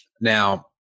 Now